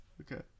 Okay